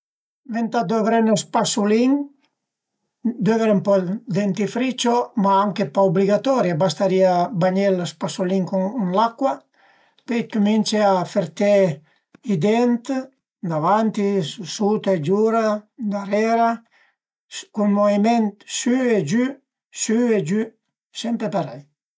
Ëntà duvré ün spasulin, dövre ën po dë dentifricio, ma anche pa ubligatori, a bastërìa bagné lë spasulin cun l'acua, pöi cumince a fërté i dent davanti, suta e zura, darera, cun muviment sü e giü, sü e giü, sempre parei